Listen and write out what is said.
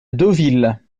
deauville